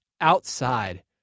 outside